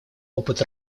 опыт